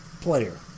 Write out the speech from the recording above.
player